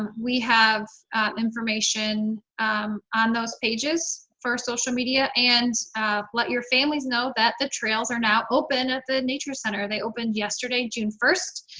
um we have information on those pages for social media. and let your families know that the trails are now open at the nature center. they opened yesterday june first.